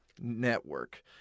Network